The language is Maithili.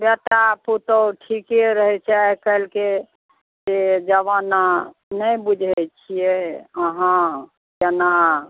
बेटा पुतौह ठीके रहै छै आइकाल्हिके से जमाना नहि बुझै छिए अहाँ केना